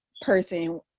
person